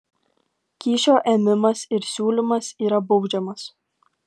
kyšio ėmimas ir siūlymas yra baudžiamas